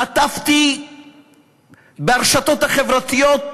חטפתי ברשתות החברתיות,